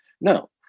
No